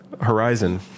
horizon